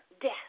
death